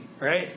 right